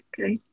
Okay